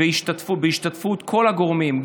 בהשתתפות כל הגורמים,